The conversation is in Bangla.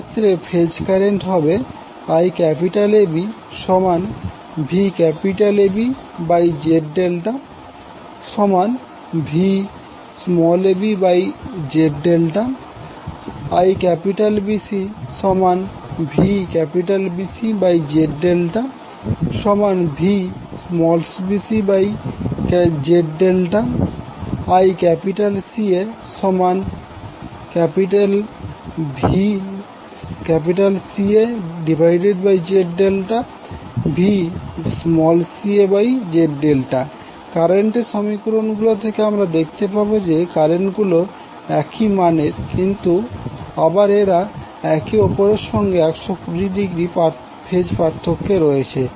এক্ষেত্রে ফেজ কারেন্ট হবে IABVABZ∆VabZ∆ IBCVBCZ∆VbcZ∆ ICAVCAZ∆VcaZ∆ কারেন্টের সমীকরণ গুলো থেকে আমরা দেখতে পাবো যে কারেন্ট গুলো একই মানের কিন্তু আবার এরা একে অপরের সঙ্গে 120০ ফেজ পার্থক্যে রয়েছে